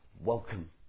welcome